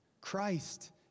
Christ